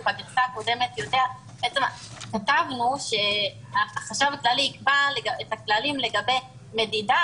בגרסה הקודמת כתבנו שהחשב הכללי יקבע את הכללים לגבי מדידה,